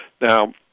Now